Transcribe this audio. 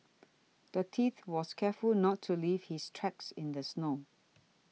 the thief was careful to not leave his tracks in the snow